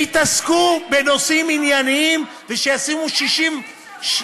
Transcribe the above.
אתה יודע, שיתעסקו בנושאים ענייניים ושישימו 60,